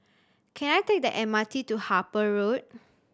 can I take the M R T to Harper Road